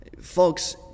Folks